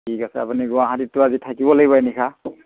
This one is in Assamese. ঠিক আছে আপুনি গুৱাহাটীততো আজি থাকিব লাগিব এনিশা